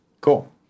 Cool